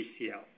PCL